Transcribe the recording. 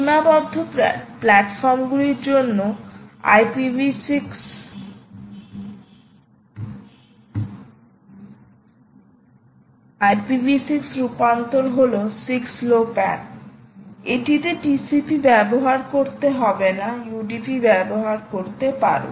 সীমাবদ্ধ প্ল্যাটফর্মগুলির জন্য IPv6 রূপান্তর হল 6 লো প্যান এটিতে TCP ব্যবহার করতে হবে না UDP ব্যবহার করতে পারো